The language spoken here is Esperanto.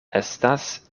estas